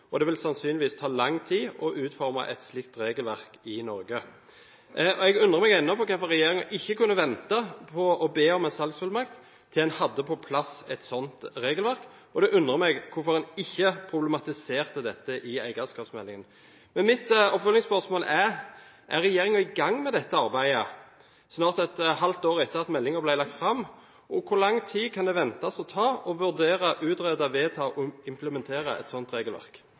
og det vil sannsynligvis ta lang tid å utforme et slikt regelverk i Norge. Jeg undrer meg ennå på hvorfor regjeringen ikke kunne vente med å be om en salgsfullmakt til en hadde på plass et slikt regelverk, og det undrer meg hvorfor en ikke problematiserte dette i eierskapsmeldingen. Men mitt oppfølgingsspørsmål er: Er regjeringen i gang med dette arbeidet – snart et halvt år etter at meldingen ble lagt fram – og hvor lang tid kan en vente at det tar å vurdere, utrede, vedta og implementere et slikt regelverk?